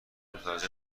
متوجه